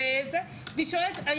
והיא שואלת אותי,